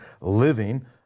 living